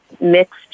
mixed